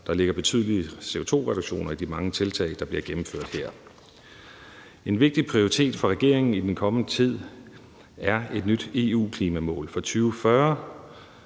Der ligger betydelige CO2-reduktioner i de mange tiltag, der bliver gennemført her. En vigtig prioritet for regeringen i den kommende tid er et nyt EU-klimamål for 2040.